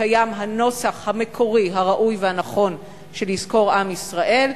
קיים הנוסח המקורי הראוי והנכון של "יזכור עם ישראל".